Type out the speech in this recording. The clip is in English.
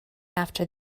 after